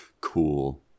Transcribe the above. Cool